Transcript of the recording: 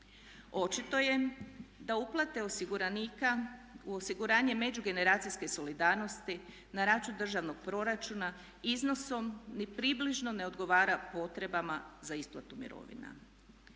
Očito je da uplate osiguranika u osiguranje međugeneracijske solidarnosti na račun državnog proračuna iznosom ni približno ne odgovara potrebama za isplatu mirovina.